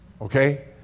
Okay